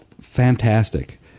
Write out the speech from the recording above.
fantastic